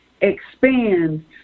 expand